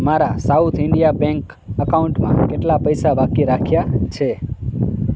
મારા south India bank એકાઉન્ટમાં કેટલા પૈસા બાકી રાખ્યા છે